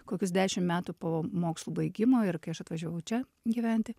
kokius dešimt metų po mokslų baigimo ir kai aš atvažiavau čia gyventi